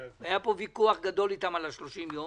היה פה ויכוח גדול אתם על ה-30 יום